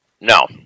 no